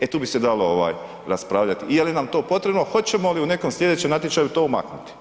E tu bi se dalo raspravljati i je li nam to potrebno, hoćemo li u nekom sljedećem natječaju to maknuti.